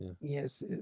Yes